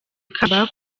ikamba